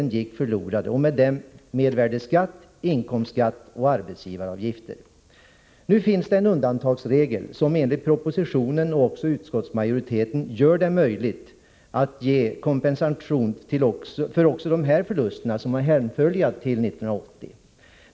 De gick förlorade och med dem också mervärdeskatt, inkomstskatt och arbetsgivaravgiften på de spärrade medlen. Nu finns det en undantagsregel som enligt propositionen och utskottsmajoriteten ger möjlighet till kompensation också för förluster hänförliga till år 1980.